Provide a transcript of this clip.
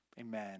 Amen